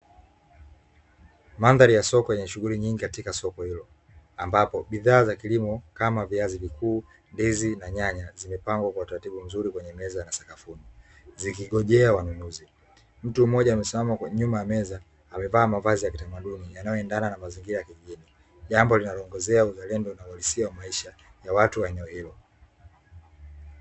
Mandhari ya soko yenye shughuli nyingi katika soko hilo, ambapo bidhaa za kilimo kama: viazi vikuu, ndizi na nyanya, zimepangwa kwa utaratibu mzuri kwenye meza na sakafuni, zikingojea wanunuzi. Mtu mmoja amesimama nyuma ya meza, amevaa mavazi ya kitamaduni yanayoendana na mazingira ya kijijini; jambo linaloongezea uzalendo na uhalisia wa maisha ya watu wa eneo hilo.